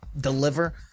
deliver –